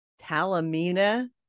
Talamina